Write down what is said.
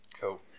Cool